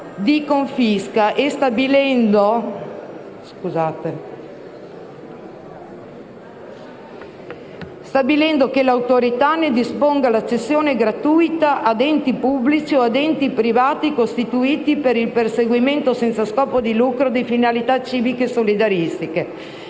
di confisca, stabilendo che l'autorità ne disponga la cessione gratuita a enti pubblici o privati costituiti per il perseguimento, senza scopo di lucro, di finalità civiche e solidaristiche.